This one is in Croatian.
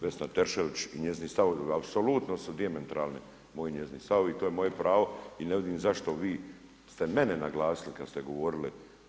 Vesna Teršelić i njezini stavovi apsolutno su dijametralni, moji i njezini stavovi i to je moje pravo i ne vidim zašto vi ste mene naglasili kad ste govorili.